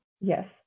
yes